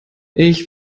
ich